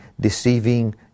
deceiving